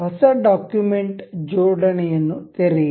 ಹೊಸ ಡಾಕ್ಯುಮೆಂಟ್ ಜೋಡಣೆಯನ್ನು ತೆರೆಯಿರಿ